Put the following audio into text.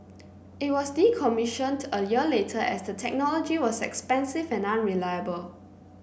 it was decommissioned a year later as the technology was expensive and unreliable